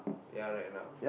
ya right now